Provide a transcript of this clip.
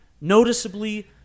noticeably